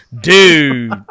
Dude